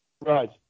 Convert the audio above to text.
Right